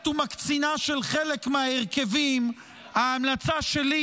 ומקצינה של חלק מההרכבים ההמלצה שלי,